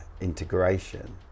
integration